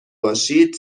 باشید